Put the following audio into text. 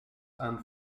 and